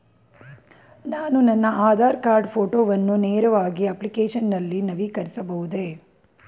ನಾನು ನನ್ನ ಆಧಾರ್ ಕಾರ್ಡ್ ಫೋಟೋವನ್ನು ನೇರವಾಗಿ ಅಪ್ಲಿಕೇಶನ್ ನಲ್ಲಿ ನವೀಕರಿಸಬಹುದೇ?